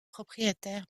propriétaire